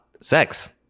sex